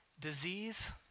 disease